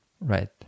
Right